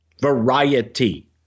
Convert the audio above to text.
variety